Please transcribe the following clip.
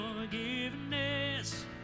Forgiveness